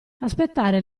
aspettare